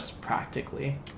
practically